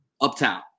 Uptown